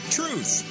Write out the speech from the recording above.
truth